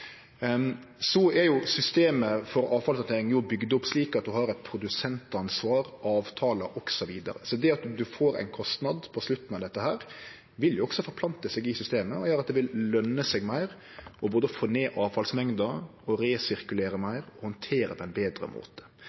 Så er jo systemet for avfallshandtering bygd opp slik at ein har eit produsentansvar, avtalar osv. Så det at ein får ein kostnad på slutten av dette, vil også forplante seg i systemet og gjere at det vil lønne seg meir å få ned avfallsmengda, resirkulere meir og handtere dette betre.